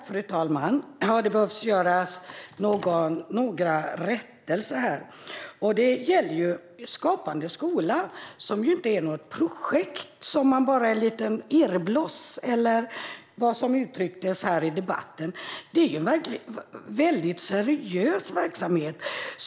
Fru talman! Det behöver göras några rättelser gällande Skapande skola. Det är inget projekt eller irrbloss, utan det är en seriös verksamhet.